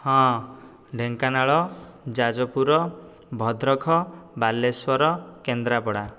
ହଁ ଢେଙ୍କାନାଳ ଯାଜପୁର ଭଦ୍ରକ ବାଲେଶ୍ୱର କେନ୍ଦ୍ରାପଡ଼ା